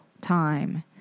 time